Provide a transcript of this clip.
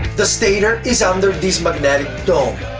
the stator is under this magnetic dome,